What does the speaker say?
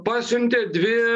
pasiuntė dvi